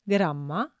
Gramma